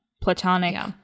Platonic